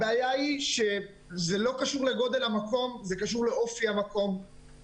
הבעיה היא שזה לא קשור לגודל המקום אלא לאופי המקום.